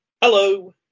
Hello